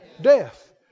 Death